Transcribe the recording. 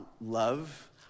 love